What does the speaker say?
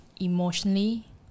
emotionally